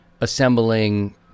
assembling